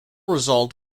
result